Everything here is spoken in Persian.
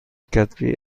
کتبی